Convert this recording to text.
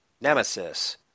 Nemesis